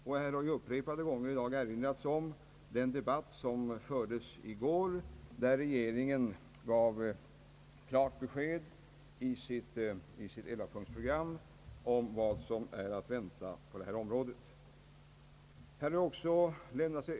Det har upprepade gånger i dag erinrats om den debatt som fördes i riksdagen i går, där regeringen i sitt 11-punktsprogram gav klart besked om vad som är att vänta på detta område.